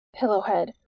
Pillowhead